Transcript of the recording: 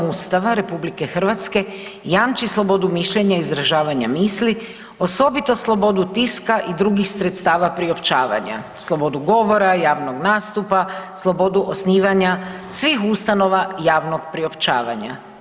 Ustava RH jamči slobodu mišljenja i izražavanja misli, osobito slobodu tiska i drugih sredstava priopćavanja, slobodu govora, javnog nastupa, slobodu osnivanja svih ustanova javnog priopćavanja.